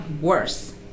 worse